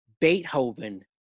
Beethoven